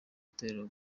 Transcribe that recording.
itorero